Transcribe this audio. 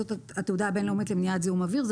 זאת התעודה הבין-לאומית למניעת זיהום אוויר.